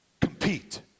Compete